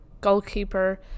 goalkeeper